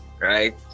right